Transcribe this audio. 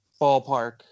ballpark